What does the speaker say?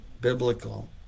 biblical